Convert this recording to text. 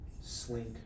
slink